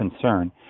concern